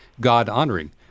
God-honoring